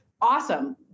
Awesome